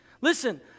listen